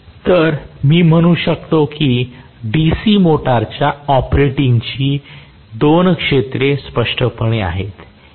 तर मी म्हणू शकतो की DC मोटरच्या ऑपरेटिंगची दोन क्षेत्रे स्पष्टपणे आहेत